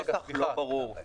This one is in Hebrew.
הנוסח לא ברור,